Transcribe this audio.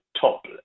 top